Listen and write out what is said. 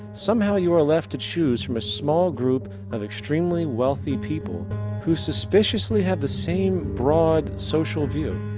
somehow you are left to choose from a small group of extremely wealthy people who suspiciously have the same broad social view.